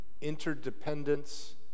interdependence